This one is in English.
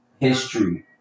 history